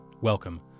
welcome